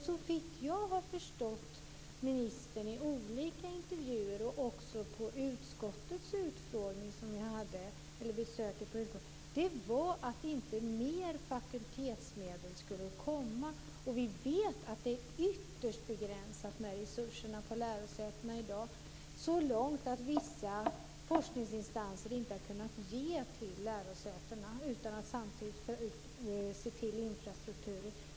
Såvitt jag har förstått ministern i olika intervjuer, och också vid besöket hos utskottet, ska det inte komma mer fakultetsmedel. Vi vet att det är ytterst begränsat med resurserna på lärosätena i dag. Det har gått så långt att vissa forskningsinstanser inte har kunnat ge medel till lärosätena utan att samtidigt se till infrastrukturer.